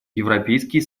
европейский